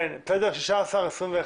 אם אתה קובע 16 במארס, עדיף 1